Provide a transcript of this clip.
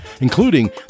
including